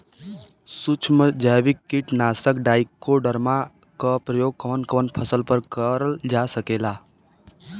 सुक्ष्म जैविक कीट नाशक ट्राइकोडर्मा क प्रयोग कवन कवन फसल पर करल जा सकेला?